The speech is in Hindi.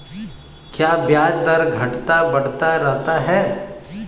क्या ब्याज दर घटता बढ़ता रहता है?